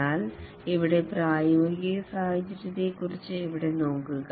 എന്നാൽ ഇവിടെ പ്രായോഗിക സാഹചര്യത്തെക്കുറിച്ച് ഇവിടെ നോക്കുക